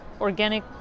organic